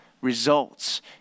results